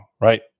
right